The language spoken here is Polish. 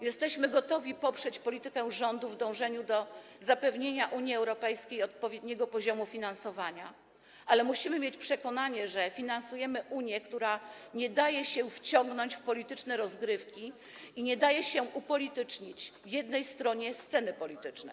Jesteśmy gotowi poprzeć politykę rządu w dążeniu do zapewnienia Unii Europejskiej odpowiedniego poziomu finansowania, ale musimy mieć przekonanie, że finansujemy Unię, która nie daje się wciągać w polityczne rozgrywki i nie daje się upolitycznić jednej stronie sceny politycznej.